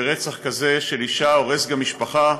רצח כזה של אישה הורס גם משפחה,